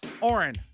Oren